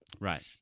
Right